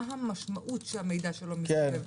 מה המשמעות שהמידע שלו מסתובב.